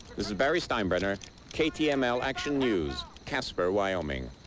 this is barry steinbrenner ktml action news, casper, wyoming.